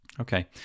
Okay